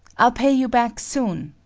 i'll pay you back soon,